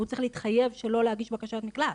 והוא צריך להתחייב שלא להגיש בקשת מקלט,